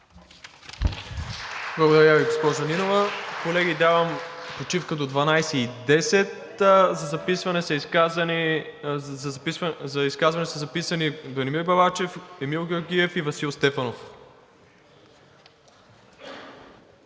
Благодаря Ви, госпожо Нинова. Колеги, давам почивка до 12,10 ч. За изказване са записани Бранимир Балачев, Емил Георгиев и Васил Стефанов.